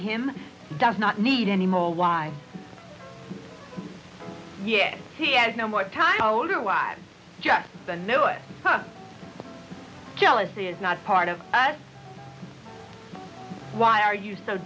him does not need any more why yes he has no more time all it was just the knew it was jealousy is not part of us why are you so